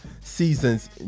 Seasons